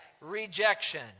rejection